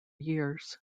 years